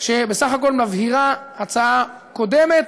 שבסך הכול מבהירה הצעה קודמת